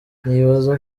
nibaza